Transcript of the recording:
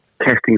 Testing